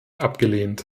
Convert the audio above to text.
abgelehnt